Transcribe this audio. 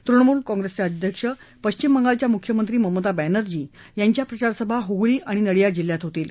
तृणमूल काँग्रेसच्या अध्यक्ष पश्चिम बंगालच्या मुख्यमंत्री ममता बॅनर्जी यांच्या प्रचारसभा ह्गळी आणि नडिया जिल्ह्यात होतील